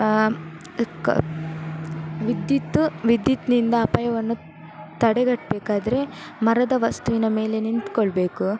ಕ ವಿದ್ಯುತ್ ವಿದ್ಯುತ್ತಿನಿಂದ ಅಪಾಯವನ್ನು ತಡೆಗಟ್ಟಬೇಕಾದ್ರೆ ಮರದ ವಸ್ತುವಿನ ಮೇಲೆ ನಿಂತ್ಕೊಳ್ಳಬೇಕು